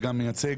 וגם מייצג